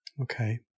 Okay